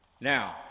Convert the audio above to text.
Now